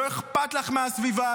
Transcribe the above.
לא אכפת לך מהסביבה.